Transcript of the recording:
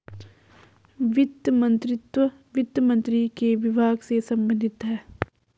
वित्त मंत्रीत्व वित्त मंत्री के विभाग से संबंधित है